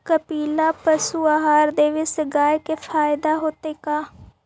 कपिला पशु आहार देवे से गाय के फायदा होतै का?